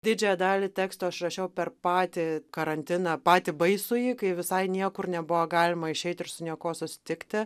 didžiąją dalį teksto aš rašiau per patį karantiną patį baisųjį kai visai niekur nebuvo galima išeit ir su niekuo susitikti